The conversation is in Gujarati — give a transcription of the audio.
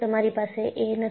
તમારી પાસે એ નથી